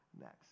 next